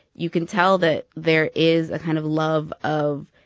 you can tell that there is a kind of love of,